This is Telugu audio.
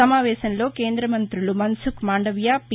సమావేశంలో కేంద్రద మంత్రులు మన్సుఖ్ మాండవీయ పి